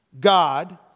God